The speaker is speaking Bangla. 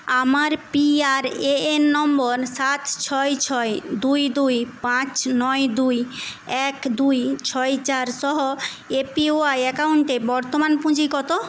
আমার P R A N number সাত ছয় ছয় দুই দুই পাঁচ নয় দুই এক দুই ছয় চার সহ এ পি ওয়াই অ্যাকাউন্টে বর্তমান পুঁজি কত